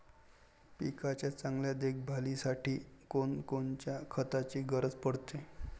पिकाच्या चांगल्या देखभालीसाठी कोनकोनच्या खताची गरज पडते?